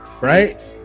right